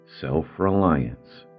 self-reliance